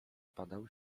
padał